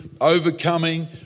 overcoming